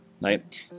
right